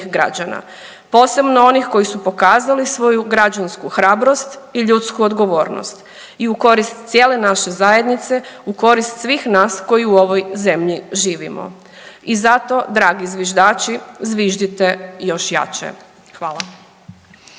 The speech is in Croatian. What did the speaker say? građana posebno onih koji su pokazali svoju građansku hrabrost i ljudsku odgovornost i u korist cijele naše zajednice, u korist svih nas koji u ovoj zemlji živimo. I zato dragi zviždači zviždite još jače! Hvala.